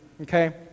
okay